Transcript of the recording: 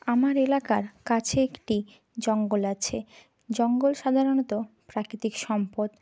আমার এলাকার কাছে একটি জঙ্গল আছে জঙ্গল সাধারণত প্রাকৃতিক সম্পদ